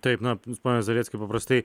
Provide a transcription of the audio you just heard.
taip na pone zalecki paprastai